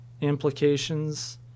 implications